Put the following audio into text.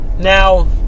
Now